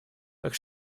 так